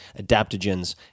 adaptogens